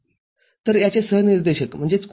तरयाचे सहनिर्देशक 0